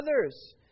others